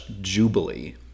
Jubilee